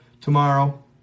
tomorrow